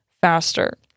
faster